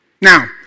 Now